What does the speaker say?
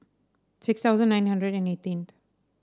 six thousand nine hundred and eighteenth